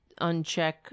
uncheck